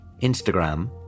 Instagram